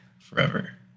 forever